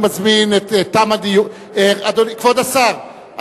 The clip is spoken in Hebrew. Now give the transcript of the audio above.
כבוד השר,